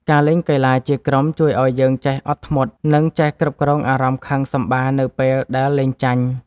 ការលេងកីឡាជាក្រុមជួយឱ្យយើងចេះអត់ធ្មត់ និងចេះគ្រប់គ្រងអារម្មណ៍ខឹងសម្បារនៅពេលដែលលេងចាញ់។